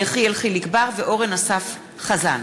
יחיאל חיליק בר ואורן אסף חזן